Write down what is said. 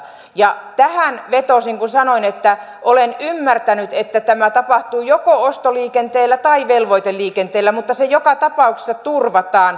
ja tähän vetosin kun sanoin että olen ymmärtänyt että tämä tapahtuu joko ostoliikenteellä tai velvoiteliikenteellä mutta se joka tapauksessa turvataan